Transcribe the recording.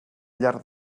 llarg